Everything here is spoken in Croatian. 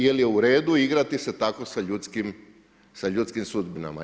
Jel je u redu igrati se tako sa ljudskim sudbinama?